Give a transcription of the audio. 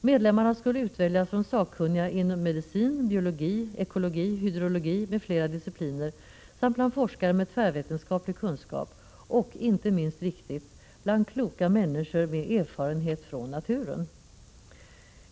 Medlemmarna skulle utväljas från sakkunniga inom medicin, biologi, ekologi, hydrologi m.fl. discipliner samt bland forskare med tvärvetenskap 125 lig kunskap och, inte minst viktigt, bland kloka människor med erfarenhet från naturen.